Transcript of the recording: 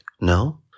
No